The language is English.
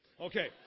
Okay